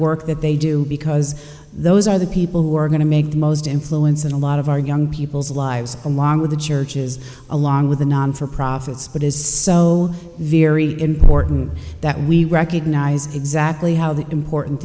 work that they do because those are the people who are going to make the most influence in a lot of our young people's lives along with the churches along with the non for profits but is so very important that we recognize exactly how the important